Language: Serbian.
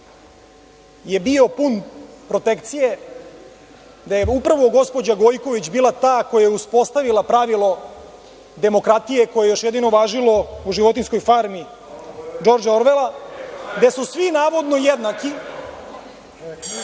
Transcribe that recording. je bio pun protekcije, da je upravo gospođa Gojković bila ta koja je uspostavila pravilo demokratije koje je još jedino važilo u „Životinjskoj farmi“ Džordža Orvela, gde su svi, navodno, jednaki,